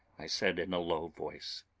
i said in a low voice.